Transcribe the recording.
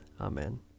Amen